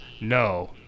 No